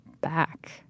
back